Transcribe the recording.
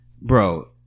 bro